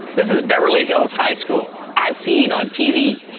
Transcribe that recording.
this is beverly hills high school as seen on tv.